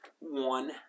one